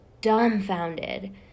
dumbfounded